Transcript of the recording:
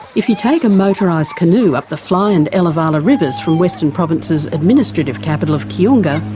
if you take a motorised canoe up the fly and elevala rivers from western province's administrative capital of kiunga,